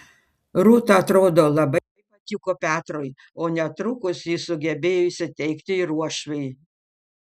rūta atrodo labai patiko petrui o netrukus ji sugebėjo įsiteikti ir uošviui